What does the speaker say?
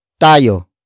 tayo